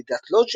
ילידת לודז',